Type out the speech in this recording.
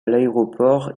l’aéroport